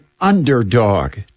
underdog